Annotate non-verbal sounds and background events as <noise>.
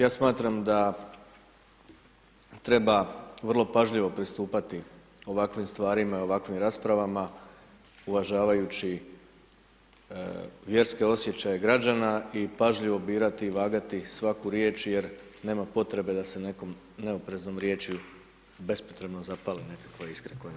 Ja smatram da treba vrlo pažljivo pristupati ovakvim stvarima i ovakvim raspravama, uvažavajući vjerske osjećaje građana, i pažljivo birati i vagati svaku riječ, jer nema potrebe da se nekom neopreznom riječju bespotrebno zapali nekakva iskra koja ... <unintelligible> Hvala.